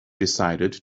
decided